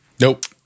Nope